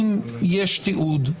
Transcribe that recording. אם יש תיעוד,